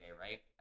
right